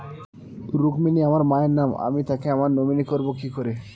রুক্মিনী আমার মায়ের নাম আমি তাকে আমার নমিনি করবো কি করে?